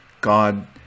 God